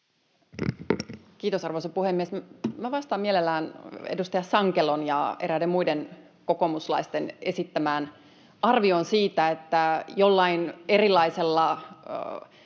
Kiitos, arvoisa puhemies! Vastaan mielelläni edustaja Sankelon ja eräiden muiden kokoomuslaisten esittämään arvioon siitä, että jollain erilaisella